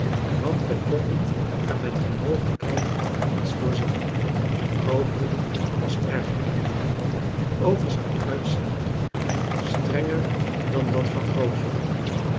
want wij konden er met geen mogelijkheid iets door zien grootmoeder was erg rimpelig ook was haar uitzicht strenger dan dat van grootvader